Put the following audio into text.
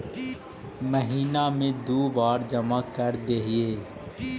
महिना मे दु बार जमा करदेहिय?